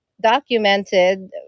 documented